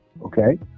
Okay